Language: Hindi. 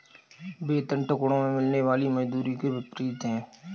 वेतन टुकड़ों में मिलने वाली मजदूरी के विपरीत है